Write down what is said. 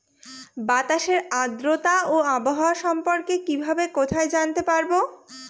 বাতাসের আর্দ্রতা ও আবহাওয়া সম্পর্কে কিভাবে কোথায় জানতে পারবো?